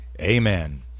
amen